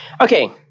Okay